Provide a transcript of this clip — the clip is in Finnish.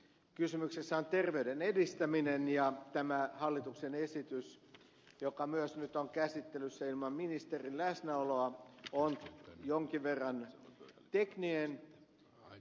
kysymyksessä on terveyden edistäminen ja tämä hallituksen esitys joka myös nyt on käsittelyssä ilman ministerin läsnäoloa on jonkin verran tekninen luonteeltaan